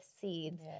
seeds